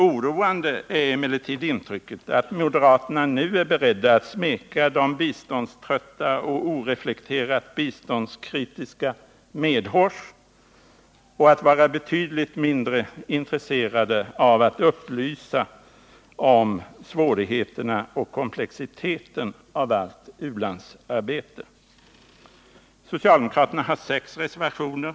Oroande är emellertid intrycket att moderaterna nu är beredda att smeka de biståndströtta och oreflekterat biståndskritiska medhårs och att de är betydligt mindre intresserade av att upplysa om svårigheterna med och komplexiteten av allt u-landsarbete. Socialdemokraterna har avgivit sex reservationer.